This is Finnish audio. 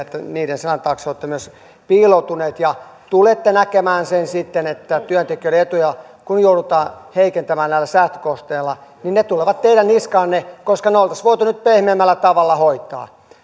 että niiden selän taakse olette myös piiloutuneet ja tulette näkemään sen sitten että työntekijöiden etuja kun joudutaan heikentämään näillä säästökohteilla niin ne tulevat teidän niskaanne koska ne olisi voitu nyt pehmeämmällä tavalla hoitaa